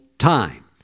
time